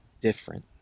different